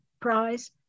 Prize